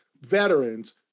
veterans